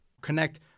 connect